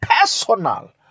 personal